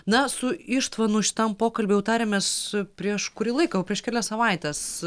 na su ištvanu šitam pokalbiui jau tarėmės prieš kurį laiką jau prieš kelias savaites